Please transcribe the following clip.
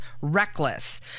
reckless